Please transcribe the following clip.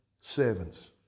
servants